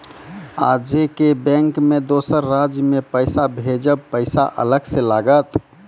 आजे के बैंक मे दोसर राज्य मे पैसा भेजबऽ पैसा अलग से लागत?